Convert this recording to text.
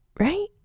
Right